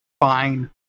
fine